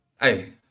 Hey